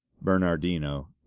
Bernardino